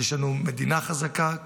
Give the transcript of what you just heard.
יש לנו מדינה חזקה,